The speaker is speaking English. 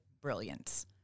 brilliance